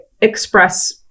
express